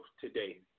today